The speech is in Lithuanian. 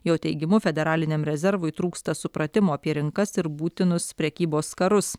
jo teigimu federaliniam rezervui trūksta supratimo apie rinkas ir būtinus prekybos karus